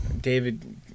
david